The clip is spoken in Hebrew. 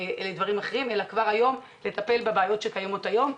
לגליזציה, כבר היום לטפל בבעיות שקיימות היום.